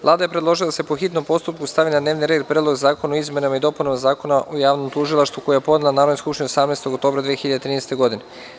Vlada je predložila da se po hitnom postupku stavi na dnevni red Predlog zakona o izmenama i dopunama Zakona o javnoj tužilaštvu, koje je podnela Narodnoj skupštini 18. oktobra 2013. godine.